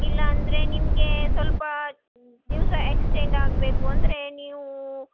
ಇಲ್ಲ ಅಂದರೆ ನಿಮಗೆ ಸ್ವಲ್ಪ ದಿವಸ ಎಕ್ಸ್ಟೆಂಡ್ ಆಗಬೇಕು ಅಂದರೆ ನೀವು